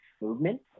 movement